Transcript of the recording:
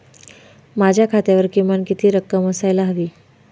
माझ्या खात्यावर किमान किती रक्कम असायला हवी?